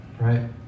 right